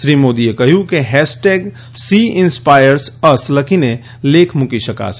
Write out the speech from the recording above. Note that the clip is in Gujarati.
શ્રી મોદીએ કહ્યું કે હેશટેગશી ઇન્સ્પાયર્સ અસ લખીને લેખ મૂકી શકાશે